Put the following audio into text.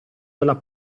della